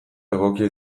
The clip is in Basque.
egokia